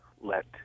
let